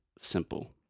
simple